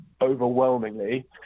overwhelmingly